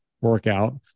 workout